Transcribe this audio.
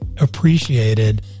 appreciated